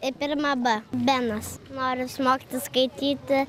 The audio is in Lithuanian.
į pirma b benas noriu išmokti skaityti